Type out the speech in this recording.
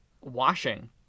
washing